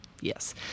yes